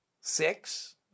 six